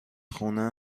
خونه